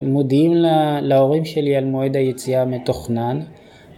מודיעים להורים שלי על מועד היציאה המתוכנן